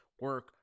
Work